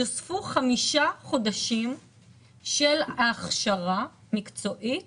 יוספו חמישה חודשים של הכשרה מקצועית